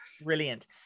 Brilliant